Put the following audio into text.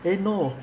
eh no